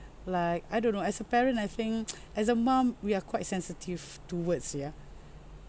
like I don't know as a parent I think as a mom we are quite sensitive towards yeah